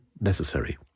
necessary